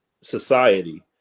society